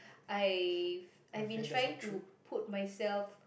I I have been trying to put myself